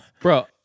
Bro